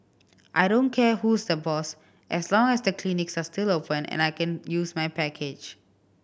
I don't care who's the boss as long as the clinics are still open and I can use my package